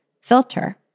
filter